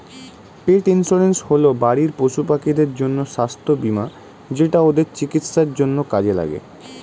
পেট insurance হল বাড়ির পশুপাখিদের জন্য স্বাস্থ্য বীমা যেটা ওদের চিকিৎসার জন্য কাজে লাগে